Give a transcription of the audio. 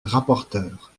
rapporteure